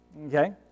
Okay